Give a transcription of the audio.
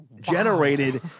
generated